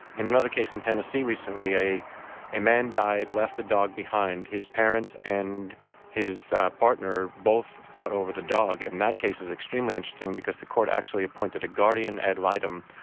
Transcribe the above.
in another case in tennessee recently, a a man died, left the dog behind. his parents and his partner both fought over the dog, and that case is extremely interesting because the court actually appointed a guardian ad litem,